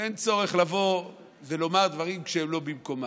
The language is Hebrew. אין צורך לבוא ולומר דברים שהם לא במקומם.